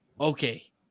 Okay